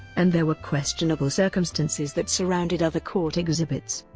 and there were questionable circumstances that surrounded other court exhibits.